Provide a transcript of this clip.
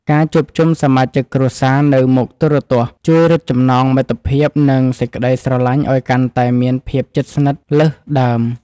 ការជួបជុំសមាជិកគ្រួសារនៅមុខទូរទស្សន៍ជួយរឹតចំណងមិត្តភាពនិងសេចក្តីស្រឡាញ់ឱ្យកាន់តែមានភាពជិតស្និទ្ធលើសដើម។